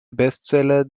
bestseller